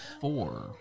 four